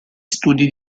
studi